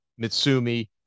Mitsumi